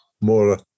more